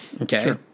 Okay